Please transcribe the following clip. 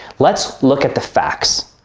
let's look at the facts.